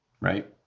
right